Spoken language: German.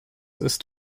ist